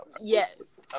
Yes